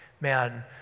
man